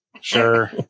sure